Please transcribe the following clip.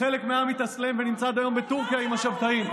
חלק מהעם התאסלם ונמצא עד היום בטורקיה עם השבתאים.